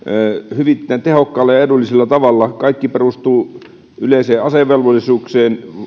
hyvin tehokkaalla ja edullisella tavalla kaikki perustuu yleiseen asevelvollisuuteen